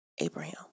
Abraham